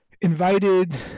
invited –